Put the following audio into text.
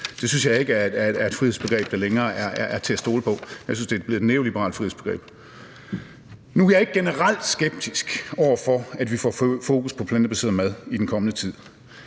Det synes jeg ikke er et frihedsbegreb, der længere er til at stole på. Jeg synes, at det er blevet et neoliberalt frihedsbegreb. Nu er jeg ikke generelt skeptisk over for, at vi får fokus på plantebaseret mad i den kommende tid.